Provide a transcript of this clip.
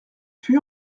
puy